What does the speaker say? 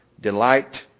delight